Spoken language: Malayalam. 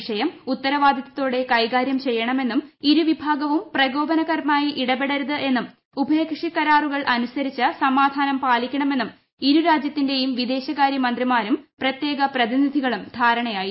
വിഷയം ഉത്തരവാദിത്തതോടെ കൈകാര്യം ചെയ്യണ മെന്നും ഇരുവിഭാഗവും പ്രകോപനപരമായി ഇടപെടരുത് എന്നും ഉഭയകക്ഷി കരാറുകൾ അനുസരിച്ച് സമാധാനം പാലിക്കണമെന്നും ഇരുരാജ്യത്തിന്റെയും വിദേശകാര്യ മന്ത്രിമാരും പ്രത്യേക പ്രതിനിധികളും ധാരണയായിരുന്നു